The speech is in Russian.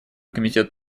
комитет